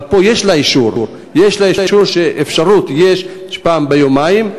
אבל פה יש לה אישור שיש אפשרות של פעם ביומיים,